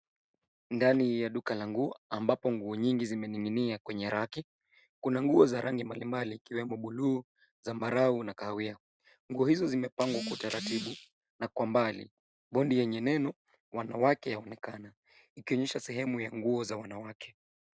Ndani ya duka la nguo ambapo nguo nyingi zimening'inia kwenye raki. Kuna nguo za rangi mbali mbali zikiwemo bluu, zambarau na kahawia. Nguo hizo zimepangwa kwa taratibu na kwa mbali. Bodi yenye neno wanawake yaonekana ikionyesha ni sehemu ya nguo za wanawake.